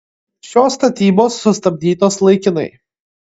šios statybos sustabdytos laikinai